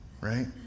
right